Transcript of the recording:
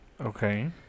Okay